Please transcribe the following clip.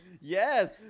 yes